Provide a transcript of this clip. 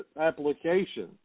application